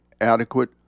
adequate